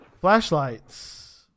Flashlights